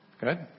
Good